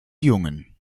jungen